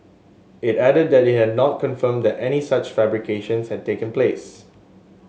it added that it had not confirmed that any such fabrications had taken place